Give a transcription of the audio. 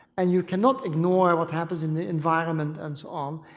and you cannot ignore what happens in the environment and so on.